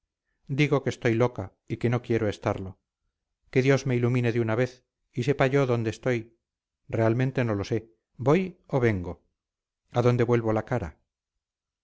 digo que estoy loca y que no quiero estarlo que dios me ilumine de una vez y sepa yo dónde estoy realmente no lo sé voy o vengo a dónde vuelvo la cara